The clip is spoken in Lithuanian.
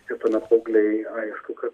ir tuomet paaugliai aišku kad